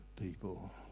people